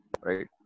right